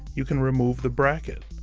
you can remove the bracket.